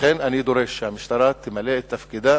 לכן אני דורש שהמשטרה תמלא את תפקידה.